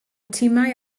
timau